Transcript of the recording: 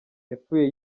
yapfuye